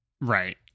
Right